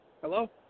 Hello